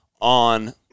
on